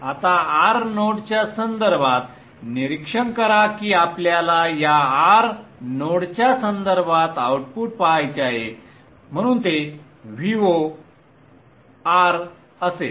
आता R नोडच्या संदर्भात निरीक्षण करा की आपल्याला या R नोडच्या संदर्भात आउटपुट पहायचे आहे म्हणून ते V0 R असेल